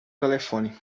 telefone